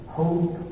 hope